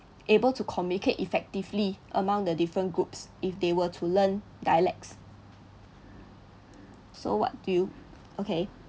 able to communicate effectively among the different groups if they were to learn dialects so what do you okay